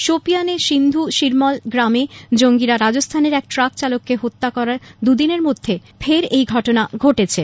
শোপিয়ানের সিন্ধু শিরমল গ্রামে জঙ্গীরা রাজস্থানের এক ট্রাক চালককে হত্যা করার দুদিনের মধ্যে ফের এই ধরণের ঘটনা ঘটলো